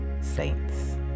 saints